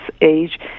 age